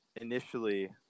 initially